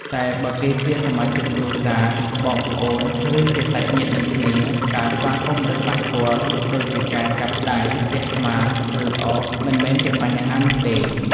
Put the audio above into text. តែបើគេជាសមាជិកគ្រួសារ បងប្អូន ឬ ជាសាច់ញាតិនឹងគ្នា ការស្វាគមន៍ដោយប៉ះពាល់ ដូចជាការចាប់ដៃ ទះស្មា ឬ ឱប មិនមែនជាបញ្ហានោះទេ។